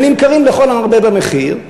ונמכרים לכל המרבה במחיר,